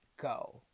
go